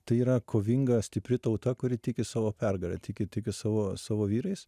tai yra kovinga stipri tauta kuri tiki savo pergale tiki tiki savo savo vyrais